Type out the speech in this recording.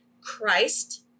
Christ